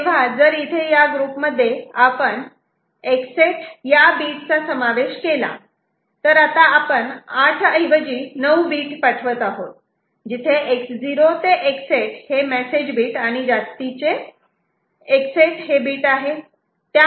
तेव्हा जर इथे या ग्रुपमध्ये आपण X8 या बीट चा समावेश केला तर आता आपण 8 ऐवजी 9 बीट पाठवत आहोत जिथे X0 ते X8 हे मेसेज बीट आणि जास्तीचे बीट X8 आहे